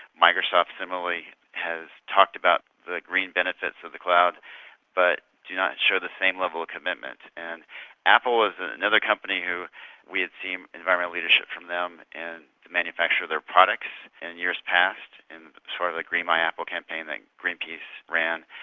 microsoft similarly has talked about the green benefits of the cloud but do not show the same level of commitment. and apple is and another company who we had seen environmental leadership from them in the manufacture of their products in and years past, and in sort of the green my apple campaign that greenpeace ran,